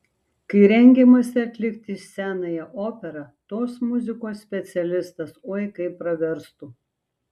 kai rengiamasi atlikti senąją operą tos muzikos specialistas oi kaip praverstų